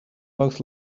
both